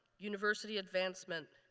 university advancement.